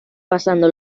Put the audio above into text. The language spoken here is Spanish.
pasando